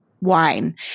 wine